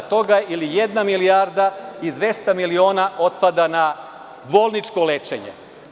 Od toga 60% , ili jedna milijarda i 200 miliona otpada na bolničko lečenje.